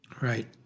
Right